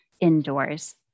indoors